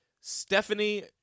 Stephanie